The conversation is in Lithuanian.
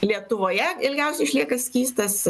lietuvoje ilgiausiai išlieka skystas